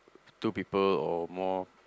two people or more